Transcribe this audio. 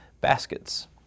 baskets